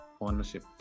ownership